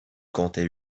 comptait